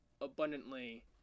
abundantly